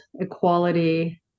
equality